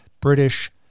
British